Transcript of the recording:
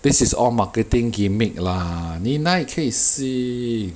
this is all marketing gimmick lah 你哪里可以信